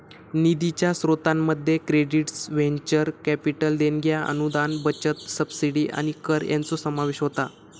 निधीच्या स्रोतांमध्ये credits, venture capital देणग्या, अनुदान, बचत, सबसिडी आणि कर हयांचो समावेश होता